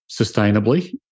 sustainably